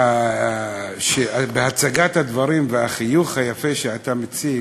החן בהצגת הדברים, והחיוך היפה שאתה מציג,